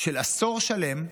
של עשור שלם,